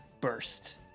Burst